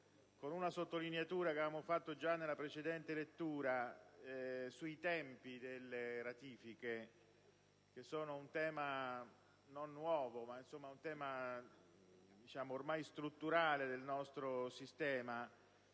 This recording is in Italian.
con una sottolineatura, che avevamo già fatto nella precedente lettura, sui tempi delle ratifiche: un tema non nuovo, ma ormai strutturale del nostro sistema.